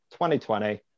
2020